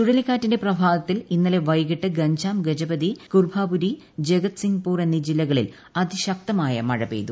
ചുഴലിക്കാറ്റിന്റെ പ്രഭാവത്തിൽ ഇന്നലെ വൈകിട്ട് ഗഞ്ചാം ഗജപതി കുർഭാപുരി ജഗദ്സിങ്പൂർ എന്നീ ജില്ലകളിൽ അതി ശക്തമായ മഴ പെയ്തു